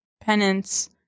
Penance